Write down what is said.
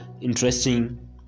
interesting